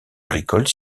agricole